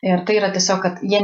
ir tai yra tiesiog kad jie